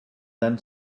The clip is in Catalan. tant